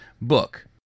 book